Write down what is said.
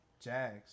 Jags